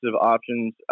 options